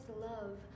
love